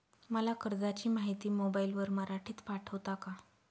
मला कर्जाची माहिती मोबाईलवर मराठीत पाठवता का?